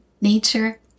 nature